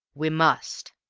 we must,